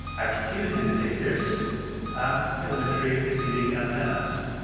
activity detectors and telemetry receiving antennas.